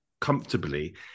comfortably